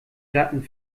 ratten